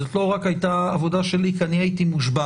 זאת לא רק הייתה עבודה שלי כי אני הייתי מושבת